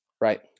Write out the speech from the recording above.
Right